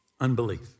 unbelief